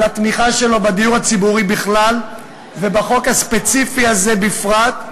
על התמיכה שלו בדיור הציבורי בכלל ובחוק הספציפי הזה בפרט.